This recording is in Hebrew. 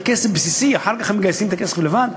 צריך כסף בסיסי, אחר כך הם מגייסים את הכסף לבד,